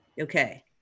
Okay